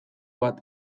bat